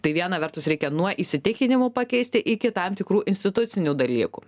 tai viena vertus reikia nuo įsitikinimų pakeisti iki tam tikrų institucinių dalykų